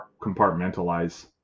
compartmentalize